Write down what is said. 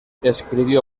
escribió